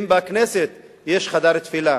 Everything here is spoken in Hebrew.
אם בכנסת יש חדר תפילה,